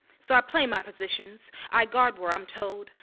so i play my positions. i guard where i'm told.